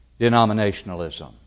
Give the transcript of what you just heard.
denominationalism